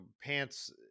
pants